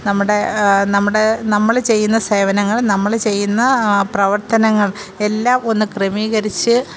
നമ്മുടെ നമ്മുടെ നമ്മൾ ചെയ്യുന്ന സേവനങ്ങള് നമ്മൾ ചെയ്യുന്ന പ്രവര്ത്തനങ്ങള് എല്ലാം ഒന്ന് ക്രമീകരിച്ച്